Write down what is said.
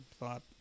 thought